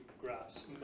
graphs